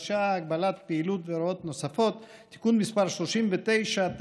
שעה) (הגבלת פעילות והוראות נוספות) (תיקון מס' 39),